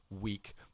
Week